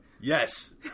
Yes